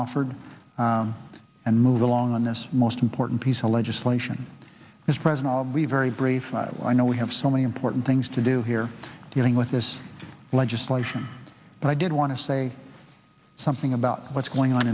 offered and move along on this most important piece of legislation is present i'll be very brief i know we have so many important things to do here dealing with this legislation but i did want to say something about what's going on